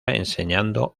enseñando